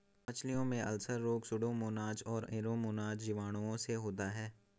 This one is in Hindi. मछलियों में अल्सर रोग सुडोमोनाज और एरोमोनाज जीवाणुओं से होता है